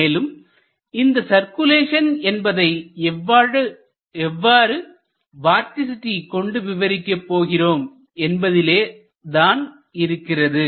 மேலும் இந்த சர்க்குலேஷன் என்பதை எவ்வாறு வார்டிசிட்டி கொண்டு விவரிக்க போகிறோம் என்பதிலே தான் இருக்கிறது